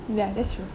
ya that's true